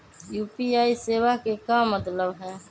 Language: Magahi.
यू.पी.आई सेवा के का मतलब है?